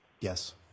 Yes